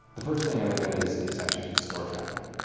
the first thing i look at is is actually just store traffic.